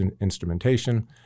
instrumentation